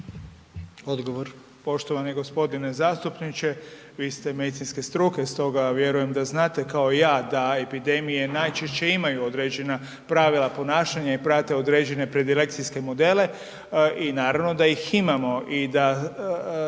(HDZ)** Poštovani g. zastupniče, vi ste medicinske struke stoga vjerujem da znate, kao i ja da epidemije najčešće imaju određena pravila ponašanja i prate određene predilekcijske modele i naravno da ih imamo i da